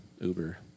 Uber